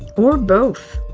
or both.